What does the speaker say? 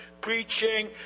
preaching